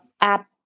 app